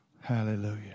Hallelujah